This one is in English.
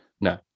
No